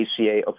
ACA